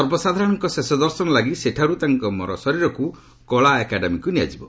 ସର୍ବସାଧାରଣଙ୍କ ଶେଷ ଦର୍ଶନ ଲାଗି ସେଠାରୁ ତାଙ୍କ ମରଶରୀରକୁ କଳା ଏକାଡେମୀକୁ ନିଆଯିବ